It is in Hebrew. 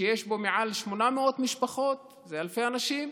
שיש בו מעל 800 משפחות, זה אלפי אנשים.